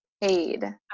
paid